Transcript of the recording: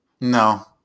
No